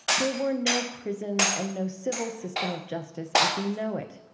there were no prisons and no civil system of justice as we know it.